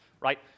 right